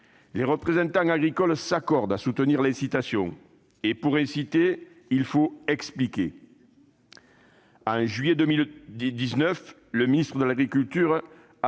Les représentants agricoles s'accordent à soutenir l'incitation. Et pour inciter, il faut expliquer. En juillet 2019, le ministre de l'agriculture a